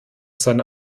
seine